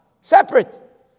separate